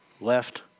left